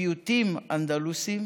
ופיוטים אנדלוסיים